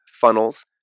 funnels